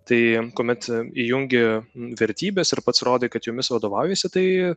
tai kuomet įjungi vertybes ir pats rodai kad jomis vadovaujiesi tai